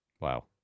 Wow